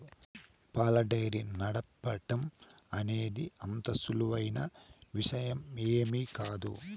పాల డెయిరీ నడపటం అనేది అంత సులువైన విషయమేమీ కాదు